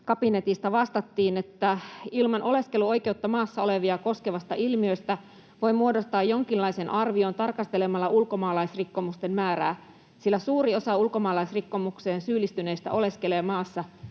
kabinetista vastattiin, että ilman oleskeluoikeutta maassa olevia koskevasta ilmiöstä voi muodostaa jonkinlaisen arvion tarkastelemalla ulkomaalaisrikkomusten määrää, sillä suuri osa ulkomaalaisrikkomukseen syyllistyneistä oleskelee maassa